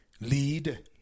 lead